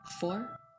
four